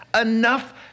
enough